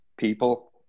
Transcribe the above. people